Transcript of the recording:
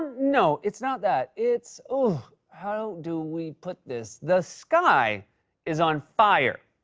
no. it's not that. it's ooh! how do we put this? the sky is on fire.